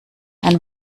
ein